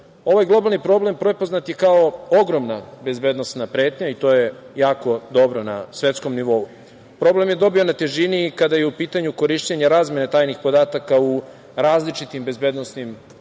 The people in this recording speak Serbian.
Ovaj globalni problem prepoznat je kao ogromna bezbednosna pretnja i to je jako dobro na svetskom nivou. Problem je dobio na težini kada je u pitanju korišćenje i razmena tajnih podataka u različitim bezbednosnim operacijama,